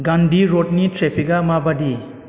गान्धी र'डनि ट्रेफिका माबादि